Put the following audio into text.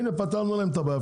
הנה פתרנו להם את הבעיה,